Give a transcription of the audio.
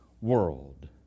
world